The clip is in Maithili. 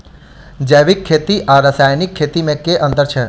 जैविक खेती आ रासायनिक खेती मे केँ अंतर छै?